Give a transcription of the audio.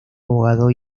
abogado